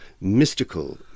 mystical